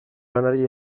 lanari